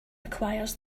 requires